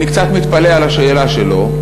אני קצת מתפלא על השאלה שלו,